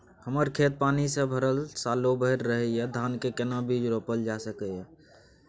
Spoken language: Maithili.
हमर खेत पानी से भरल सालो भैर रहैया, धान के केना बीज रोपल जा सकै ये?